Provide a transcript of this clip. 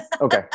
Okay